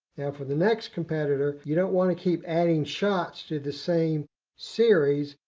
for the next competitor, you don't want to keep adding shots to the same series.